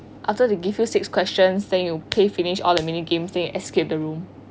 after they give you six questions then you queue finish all the mini games then you escape the room